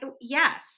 yes